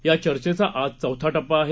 या चर्चेचा आज चौथा टप्पा आहे